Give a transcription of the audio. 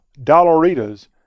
Dollaritas